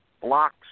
blocks